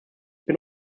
bin